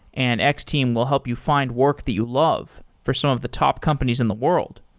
and x-team will help you find work that you love for some of the top companies in the world.